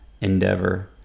endeavor